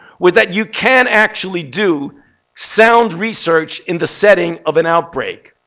was that you can actually do sound research in the setting of an outbreak.